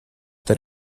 that